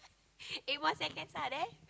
eight more seconds lah there